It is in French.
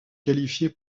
qualifier